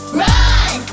run